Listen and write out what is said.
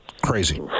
Crazy